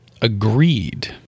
Agreed